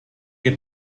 que